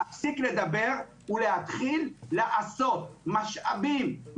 להפסיק לדבר ולהתחיל לעשות משאבים,